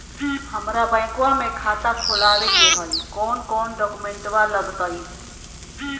हमरा बैंकवा मे खाता खोलाबे के हई कौन कौन डॉक्यूमेंटवा लगती?